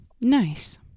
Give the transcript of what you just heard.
Nice